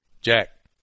Jack